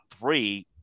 three